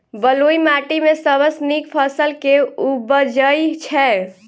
बलुई माटि मे सबसँ नीक फसल केँ उबजई छै?